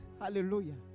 Hallelujah